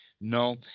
No